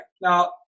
now